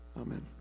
Amen